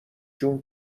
جون